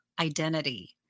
identity